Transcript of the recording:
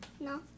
No